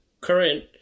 current